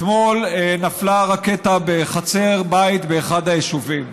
אתמול נפלה רקטה בחצר בית באחד היישובים.